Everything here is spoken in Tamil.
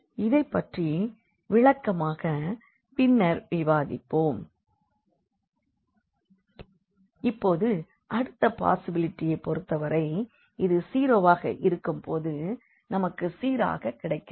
இதைப்பற்றி விளக்கமாக பின்னர் விவாதிப்போம் இப்போது அடுத்த பாசிபிலிட்டியை பொறுத்தவரை இது 0 வாக இருக்கும் போது நமக்கு சீராக கிடைக்கிறது